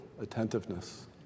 attentiveness